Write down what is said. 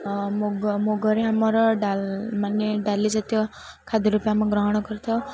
ମୁଗ ମୁଗରେ ଆମର ମାନେ ଡାଲି ଜାତୀୟ ଖାଦ୍ୟ ରୂପ ଆମେ ଗ୍ରହଣ କରିଥାଉ